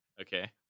Okay